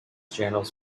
channels